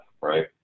right